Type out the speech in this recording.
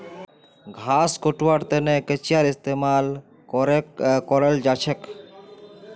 घास कटवार तने कचीयार इस्तेमाल कराल जाछेक